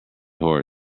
horse